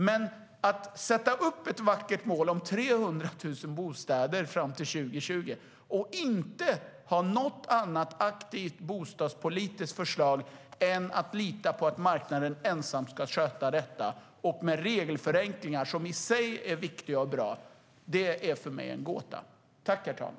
Men hur man kan sätta upp ett vackert mål om 300 000 bostäder fram till 2020 och inte ha något annat aktivt bostadspolitiskt förslag än att lita på att marknaden ensam ska sköta detta med hjälp av regelförenklingar, som i och för sig är viktiga och bra, är för mig en gåta.